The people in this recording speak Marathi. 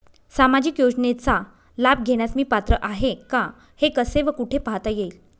सामाजिक योजनेचा लाभ घेण्यास मी पात्र आहे का हे कसे व कुठे पाहता येईल?